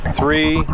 three